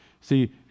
See